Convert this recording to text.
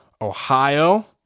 Ohio